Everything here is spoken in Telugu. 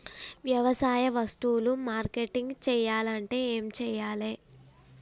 వ్యవసాయ వస్తువులు మార్కెటింగ్ చెయ్యాలంటే ఏం చెయ్యాలే?